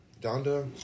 donda